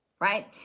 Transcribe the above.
right